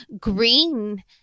green